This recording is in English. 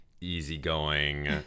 easygoing